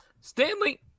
Stanley